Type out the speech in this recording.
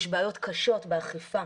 יש בעיות קשות באכיפה